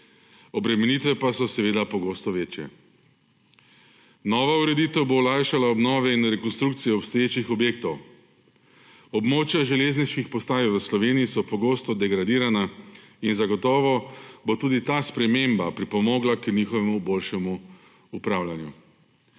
obremenitve pa so seveda pogosto večje. Nova ureditev bo olajšala obnove in rekonstrukcije obstoječih objektov. Območja železniških postaj v Sloveniji so pogosto degradirana in zagotovo bo tudi ta sprememba pripomogla k njihovemu boljšemu upravljanju.